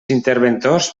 interventors